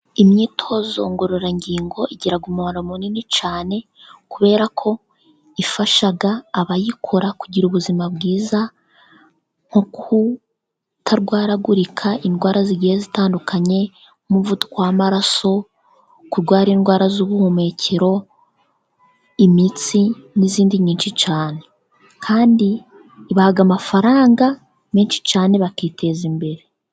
Imyitozo ngororangingo igira umumaro munini cyane, kubera ko ifasha abayikora kugira ubuzima bwiza, nko kutarwaragurika indwara zigiye zitandukanye nk'umuvuduko w'amaraso, kurwara indwara z'ubuhumekero, imitsi, n'izindi nyinshi cyane, kandi ibaha amafaranga menshi cyane bakiteza imbere.